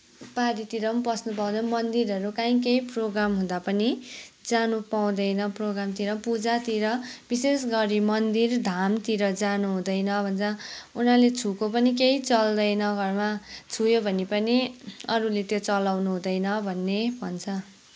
पार्टीतिर पनि पस्न पाउँदैन मन्दिरहरू कहीँ केही प्रोग्राम हुँदा पनि जानु पाउँदैन प्रोग्रामतिर पूजातिर विशेष गरी मन्दिर धामतिर जानु हुँदैन भन्छ उनीहरूले छोएको पनि केही चल्दैन घरमा छोयो भने पनि अरूले त्यो चलाउनु हुँदैन भन्ने भन्छ